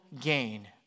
gain